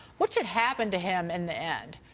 what could happen to him in the and